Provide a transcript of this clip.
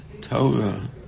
Torah